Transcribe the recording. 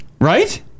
Right